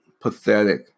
pathetic